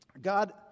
God